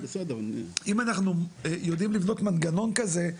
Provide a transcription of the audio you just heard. אם אנחנו יודעים לבנות מנגנון כזה,